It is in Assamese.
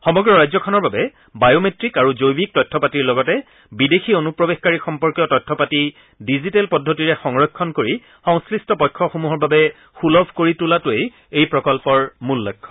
সমগ্ৰ ৰাজ্যখনৰ বাবে বায় মেট্ৰিক আৰু জৈৱিক তথ্যপাতিৰ লগতে বিদেশী অনুপ্ৰৱেশকাৰী সম্পৰ্কীয় তথ্যপাতি ডিজিটেল পদ্ধতিৰে সংৰক্ষণ কৰি সংশ্লিষ্ট পক্ষসমূহৰ বাবে সুলভ কৰি তোলাটোৱেই এই প্ৰকল্পৰ মূল লক্ষ্য